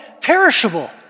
perishable